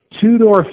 two-door